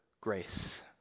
grace